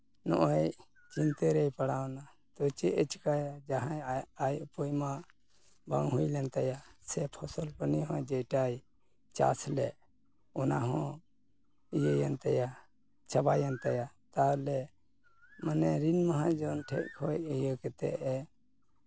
ᱱᱚᱜᱼᱚᱸᱭ ᱪᱤᱱᱛᱟᱹ ᱨᱮᱭ ᱯᱟᱲᱟᱣᱱᱟ ᱛᱚ ᱪᱮᱫ ᱮ ᱪᱤᱠᱟᱭᱟ ᱡᱟᱦᱟᱸᱭ ᱟᱭ ᱩᱯᱟᱹᱭ ᱢᱟ ᱵᱟᱝ ᱦᱩᱭ ᱞᱮᱱ ᱛᱟᱭᱟ ᱥᱮ ᱯᱷᱚᱥᱚᱞ ᱯᱟᱹᱱᱤ ᱦᱚᱸ ᱡᱮᱴᱟᱭ ᱪᱟᱥ ᱞᱮᱜ ᱱᱟ ᱦᱚᱭ ᱤᱭᱟᱹᱭᱮᱱ ᱛᱟᱭᱟ ᱪᱟᱵᱟᱭᱮᱱ ᱛᱟᱭᱟ ᱛᱟᱦᱚᱞᱮ ᱢᱟᱱᱮ ᱨᱤᱱ ᱢᱟᱦᱟᱡᱚᱱ ᱴᱷᱮᱱ ᱠᱷᱚᱡ ᱤᱭᱟᱹ ᱠᱟᱛᱮᱫ ᱮ